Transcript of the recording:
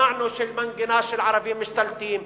שמענו מנגינה של ערבים משתלטים,